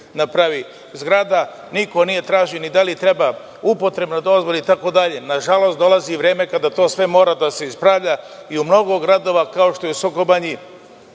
napravi zgrada. Niko nije tražio ni da li treba upotrebna dozvola itd. Nažalost, dolazi vreme kada to sve mora da se ispravlja. U mnogim gradovima, kao što je Soko Banja,